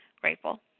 grateful